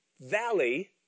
valley